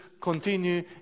continue